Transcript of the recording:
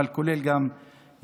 אבל כולל ישראל.